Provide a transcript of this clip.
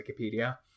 Wikipedia